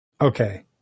Okay